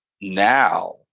now